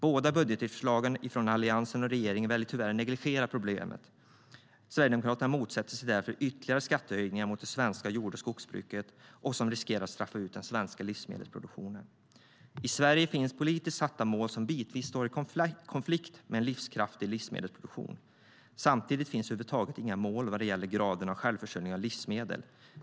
Båda budgetförslagen, från Alliansen och regeringen, väljer tyvärr att negligera problemet. Sverigedemokraterna motsätter sig ytterligare skattehöjningar mot det svenska jord och skogsbruket som riskerar att straffa ut den svenska livsmedelsproduktionen.I Sverige finns politiskt satta mål som bitvis står i konflikt med en livskraftig livsmedelsproduktion. Samtidigt finns över huvud taget inga mål vad gäller graden av självförsörjning av livsmedel.